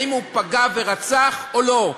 האם הוא פגע ורצח או לא.